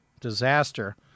disaster